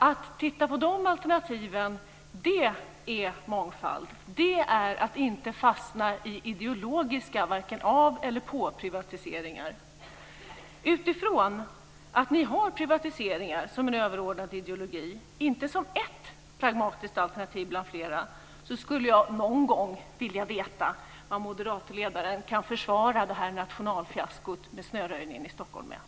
Att titta på de alternativen är mångfald, är att inte fastna i ideologiska varken aveller påprivatiseringar. Utifrån att ni har privatiseringar som en överordnad ideologi, inte som ett pragmatiskt alternativ bland flera, skulle jag någon gång vilja veta vad moderatledaren kan försvara nationalfiaskot med snöröjningen i Stockholm med.